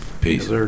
Peace